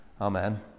Amen